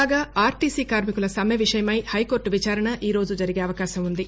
కాగా ఆర్టీసీ కార్మికులు సమ్మె విషయమై హైకోర్టు విచారణ ఈ రోజు జరిగే అవకాశం ఉంది